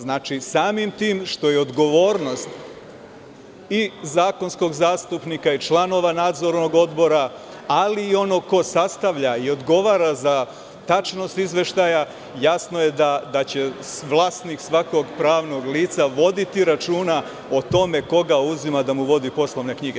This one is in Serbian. Znači, samim tim što je odgovornost i zakonskog zastupnika i članova Nadzornog odbora, ali i onog ko sastavlja i odgovara za tačnost izveštaja, jasno je da će vlasnik svakog pravnog lica voditi računa o tome koga uzima da mu vodi poslovne knjige.